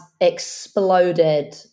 exploded